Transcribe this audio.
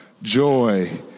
joy